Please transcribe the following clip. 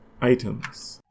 items